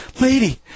lady